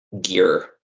gear